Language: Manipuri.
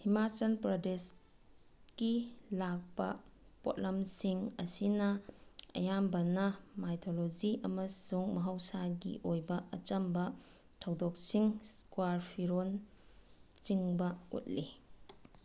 ꯍꯤꯃꯥꯆꯜ ꯄ꯭ꯔꯗꯦꯁꯀꯤ ꯂꯥꯛꯄ ꯄꯣꯠꯂꯝꯁꯤꯡ ꯑꯁꯤꯅ ꯑꯌꯥꯝꯕꯅ ꯃꯥꯏꯊꯣꯂꯣꯖꯤ ꯑꯃꯁꯨꯡ ꯃꯍꯧꯁꯥꯒꯤ ꯑꯣꯏꯕ ꯑꯆꯝꯕ ꯊꯧꯗꯣꯛꯁꯤꯡ ꯁ꯭ꯀꯥꯋꯔꯐꯤꯔꯣꯟꯆꯤꯡꯕ ꯎꯠꯂꯤ